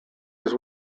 his